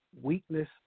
weakness